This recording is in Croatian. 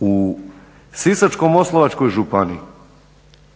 U Sisačko-moslavačkoj županiji